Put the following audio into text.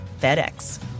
FedEx